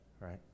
right